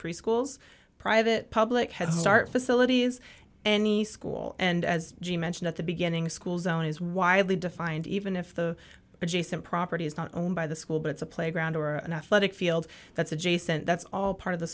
preschools private public headstart facilities any school and as you mentioned at the beginning a school zone is widely defined even if the adjacent property is not owned by the school but it's a playground or an athletic field that's adjacent that's all part of the